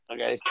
Okay